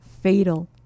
fatal